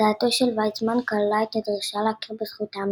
הצעתו של ויצמן כללה את הדרישה להכיר בזכות העם